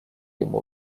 ему